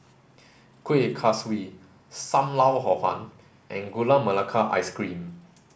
Kuih Kaswi Sam Lau Hor Fun and Gula Melaka Ice Cream